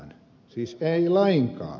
siis ei lainkaan